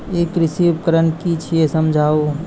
ई कृषि उपकरण कि छियै समझाऊ?